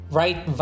right